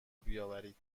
بیاورید